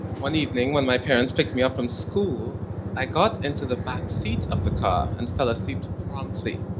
one evening when my parents picked me up from school i got into the backseat of the car and fell asleep promptly,